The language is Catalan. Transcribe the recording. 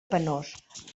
penós